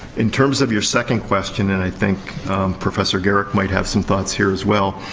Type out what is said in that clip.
in terms of your second question. and i think professor garrick might have some thoughts here, as well.